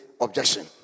objection